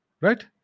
right